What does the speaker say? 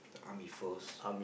the Army-Force